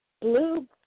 Blue